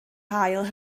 hail